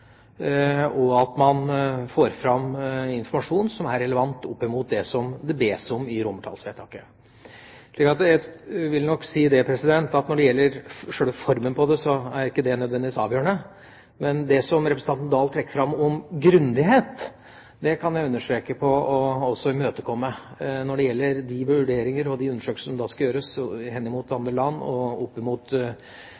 og at man får fram informasjon som er relevant opp mot det som det bes om i romertallsvedtaket. Jeg vil nok si at når det gjelder sjølve formen på det, er ikke det nødvendigvis avgjørende. Men det som representanten Dahl trekker fram om grundighet, kan jeg underskrive på og også imøtekomme. Når det gjelder de vurderinger og de undersøkelser som da skal gjøres henimot